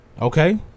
Okay